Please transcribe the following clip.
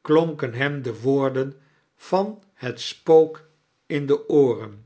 klonken hem de woorden van het spook in de ooron